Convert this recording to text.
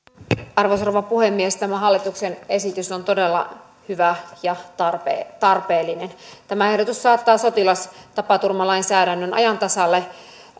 arvoisa rouva puhemies tämä hallituksen esitys on todella hyvä ja tarpeellinen tämä ehdotus saattaa sotilastapaturmalainsäädännön ajan tasalle